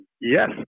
yes